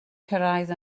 cyrraedd